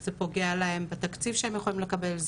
זה פוגע להם בתקציב שהם יכולים לקבל?